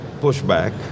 pushback